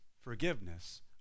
forgiveness